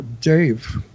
Dave